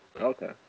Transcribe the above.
Okay